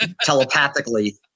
telepathically